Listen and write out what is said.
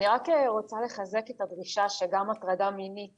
אני רק רוצה לחזק את הדרישה שגם הטרדה מינית